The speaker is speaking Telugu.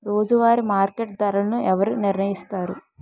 రోజువారి మార్కెట్ ధరలను ఎవరు నిర్ణయిస్తారు?